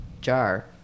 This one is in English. Jar